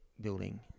building